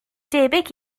debyg